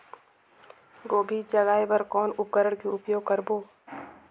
गोभी जगाय बर कौन उपकरण के उपयोग करबो?